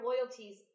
loyalties